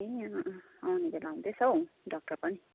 ए अँ अँ आउने बेला हुँदैछ हौ डाक्टर पनि